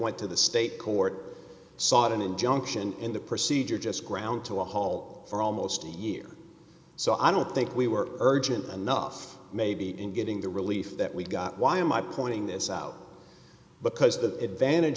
went to the state court sought an injunction in the procedure just ground to a halt for almost a year so i don't think we were urgent enough maybe in getting the relief that we got why am i pointing this out because the